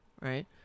right